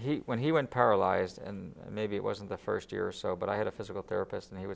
he when he went paralyzed and maybe it wasn't the first year or so but i had a physical therapist and he w